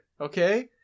Okay